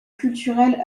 culturelles